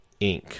Inc